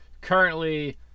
currently